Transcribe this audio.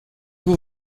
vous